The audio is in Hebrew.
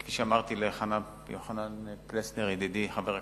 כפי שאמרתי ליוחנן פלסנר ידידי, חבר הכנסת,